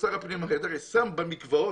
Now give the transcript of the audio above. ששר הפנים אריה דרעי שם במקוואות